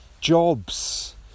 jobs